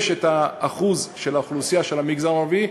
יש האחוז של האוכלוסייה של המגזר הערבי,